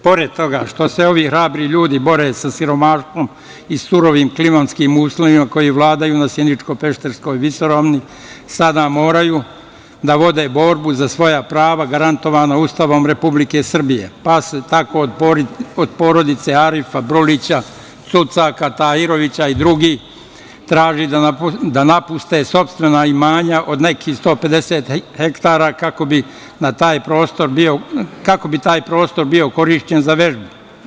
Pored toga što se ovih hrabri ljudi bore sa siromaštvom i surovim klimatskim uslovima koji vladaju na Sjeničko-Pešterskoj visoravni sada moraju da vode borbu za svoja prava garantovana Ustavom Republike Srbije pa se tako od porodice Arifa Brolića, Sucaka Tahirovića i drugih traži da napuste sopstvena imanja od nekih 150 hektara kako bi taj prostor bio korišćen za vežbu.